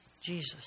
Jesus